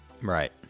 Right